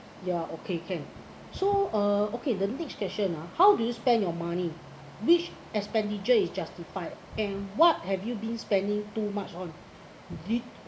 ya okay can so uh okay the next question ah how do you spend your money which expenditure is justified and what have you been spending too much on did